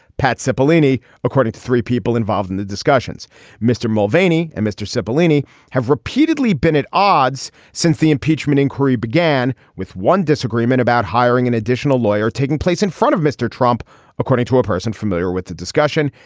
pat said bellini according to three people involved in the discussions mr. mulvaney and mr. skip illini have repeatedly been at odds since the impeachment inquiry began with one disagreement about hiring an additional lawyer taking place in front of mr. trump according to a person familiar with the discussion.